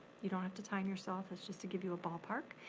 you don't have to time yourself, it's just to give you a ball park.